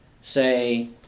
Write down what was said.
say